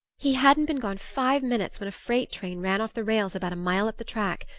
he hadn't been gone five minutes when a freight-train ran off the rails about a mile up the track.